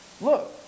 look